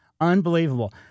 Unbelievable